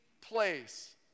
place